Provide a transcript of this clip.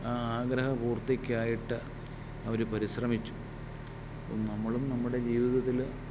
ആ ആഗ്രഹ പൂർത്തിക്കായിട്ട് അവർ പരിശ്രമിച്ചു നമ്മളും നമ്മുടെ ജീവിതത്തിൽ